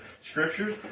scriptures